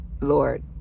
Lord